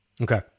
Okay